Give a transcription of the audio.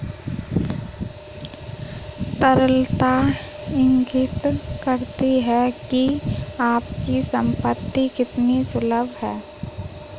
तरलता इंगित करती है कि आपकी संपत्ति कितनी सुलभ है